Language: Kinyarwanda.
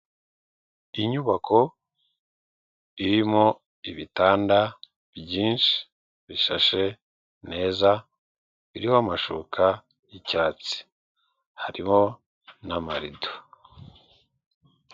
Inyubako irimo ibitanda byinshi bishashe neza, iriho amashuka y'icyatsi harimo n'amarido.